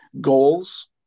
goals